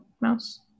mouse